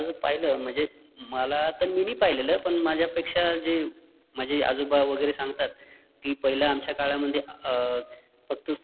पाहिलं म्हणजे मला तन मी नाही पाहिलेलं पण माझ्यापेक्षा जे माझे आजोबा वगैरे सांगतात की पहिला आमच्या काळामध्ये फक्तच